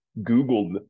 Googled